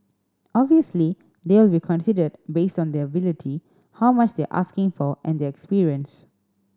obviously they'll be considered based on their ability how much they are asking for and their experience